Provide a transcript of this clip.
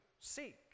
Seek